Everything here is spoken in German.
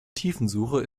tiefensuche